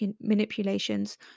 manipulations